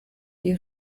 die